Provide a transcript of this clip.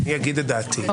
אני אגיד את דעתי,